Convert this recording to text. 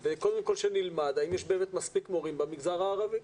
כדי קודם כל שנלמד האם יש באמת מספיק מורים במגזר הערבי.